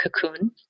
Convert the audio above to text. cocoon